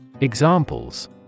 Examples